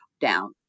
down